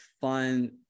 fun